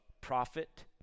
prophet